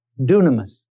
dunamis